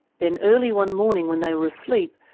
then early one morning when they were asleep,